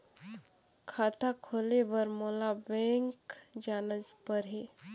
खाता खोले बर मोला बैंक जाना परही?